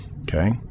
okay